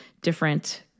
different